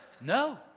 no